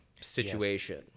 situation